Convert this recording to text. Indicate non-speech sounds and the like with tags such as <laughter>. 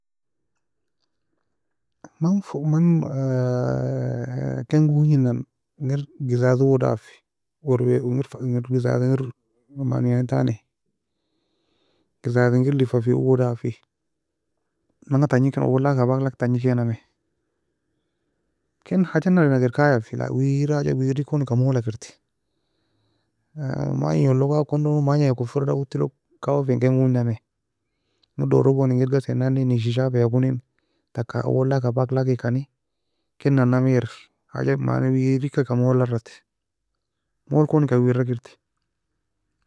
Man man fa man <hesitation> ken gonjenan engir زجاج owo dafi wer wer engir زجاج engir <hesitation> menia entan <hesitation> زجاج engir lifa fe owo dafi. Manga tagni kan اول lak abak lak tagni kenami ken حاجة naliana kir kaya fe weiry حاجة weiry eka mola kir tae <hesitation> mangi welogo akono Magni weka kofireda otiy log kawa fien ken gongi namai engir dorogon engir ghasae nan ne neishi shafae koni taka اول lak abak laken kani ken nalnami er حاجة weirika eka mole la arati, mole kon eka weir kir tae